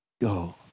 Go